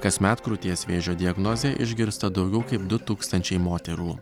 kasmet krūties vėžio diagnozę išgirsta daugiau kaip du tūkstančiai moterų